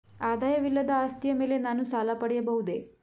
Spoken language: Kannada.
ಆದಾಯವಿಲ್ಲದ ಆಸ್ತಿಯ ಮೇಲೆ ನಾನು ಸಾಲ ಪಡೆಯಬಹುದೇ?